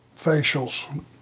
facials